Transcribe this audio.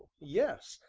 yes,